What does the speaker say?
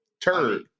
Turd